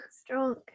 Strong